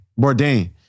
Bourdain